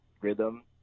rhythm